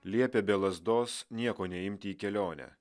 liepė be lazdos nieko neimti į kelionę